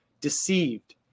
deceived